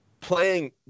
playing